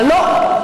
אבל לא,